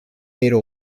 pero